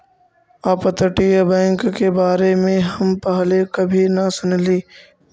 अपतटीय बैंक के बारे में हम पहले कभी न सुनली